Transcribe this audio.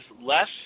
less